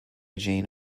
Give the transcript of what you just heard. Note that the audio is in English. jane